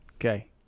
Okay